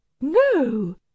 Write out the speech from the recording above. no